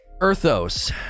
Earthos